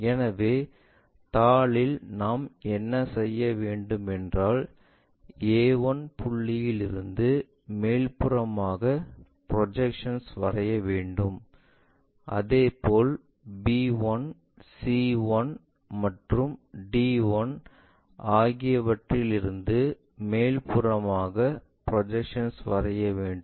எனவே தாளில் நாம் என்ன செய்ய வேண்டும் என்றால் a 1 புள்ளியிலிருந்து மேல்புறமாக ப்ரொஜெக்ஷன் வரைய வேண்டும் அதேபோல் b1 c1 மற்றும் d1 ஆகியவற்றிலிருந்து மேல்புறமாக ப்ரொஜெக்ஷன் வரைய வேண்டும்